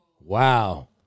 Wow